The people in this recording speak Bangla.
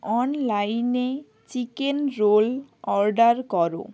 অনলাইনে চিকেন রোল অর্ডার করো